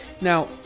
Now